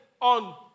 on